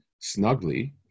snugly